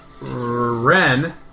Ren